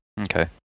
Okay